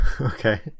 Okay